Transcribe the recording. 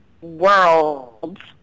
world